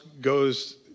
goes